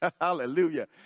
hallelujah